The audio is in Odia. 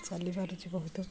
ଚାଲିପାରୁଛି ବହୁତ